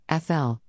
FL